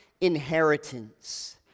Inheritance